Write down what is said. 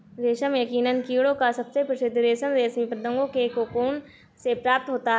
रेशम यकीनन कीड़ों का सबसे प्रसिद्ध रेशम रेशमी पतंगों के कोकून से प्राप्त होता है